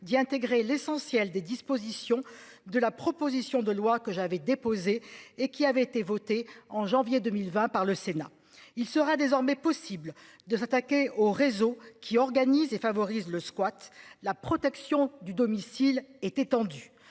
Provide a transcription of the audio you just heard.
d'y intégrer l'essentiel des dispositions de la proposition de loi que j'avais déposée et qui avait été votée en janvier 2020 par le Sénat. Il sera désormais possible de s'attaquer aux réseaux qui organisent et favorise le squat la protection du domicile était tendue